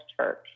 Church